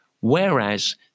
Whereas